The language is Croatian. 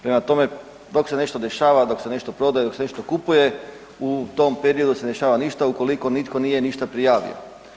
Prema tome, dok se nešto dešava, dok se nešto prodaje, dok se nešto kupuje, u tom periodu se ne dešava ništa ukoliko nitko nije ništa prijavio.